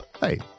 Hey